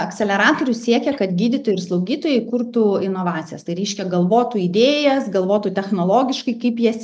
akseleratorius siekia kad gydytojai ir slaugytojai kurtų inovacijas tai reiškia galvotų idėjas galvotų technologiškai kaip jas